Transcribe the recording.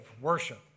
worship